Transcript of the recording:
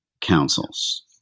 councils